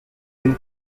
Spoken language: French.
peine